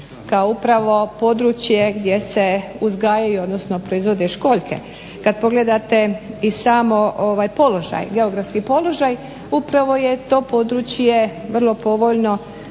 kao upravo područje gdje se uzgajaju odnosno proizvode školjke. Kada pogledate i sami geografski položaj upravo je to područje vrlo povoljni